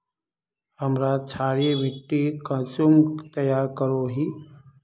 हमार क्षारी मिट्टी कुंसम तैयार करोही?